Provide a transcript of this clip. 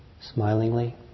smilingly